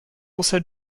also